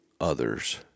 others